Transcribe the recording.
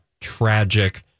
tragic